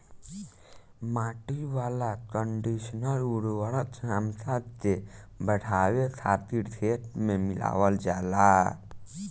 माटी वाला कंडीशनर उर्वरक क्षमता के बढ़ावे खातिर खेत में मिलावल जाला